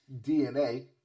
DNA